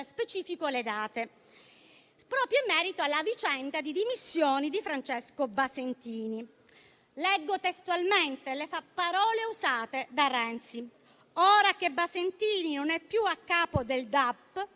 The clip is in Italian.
(specifico le date), proprio in merito alla vicenda delle dimissioni di Francesco Basentini. Leggo testualmente le parole usate da Renzi: «Ora che Basentini non è più a capo del DAP,